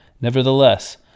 nevertheless